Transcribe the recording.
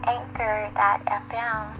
Anchor.fm